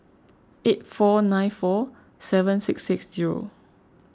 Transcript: eight four nine four seven six six zero